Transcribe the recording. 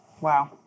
Wow